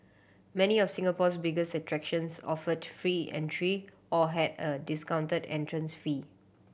many of Singapore's biggest attractions offered free entry or had a discounted entrance fee